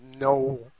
no